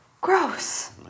Gross